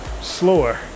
slower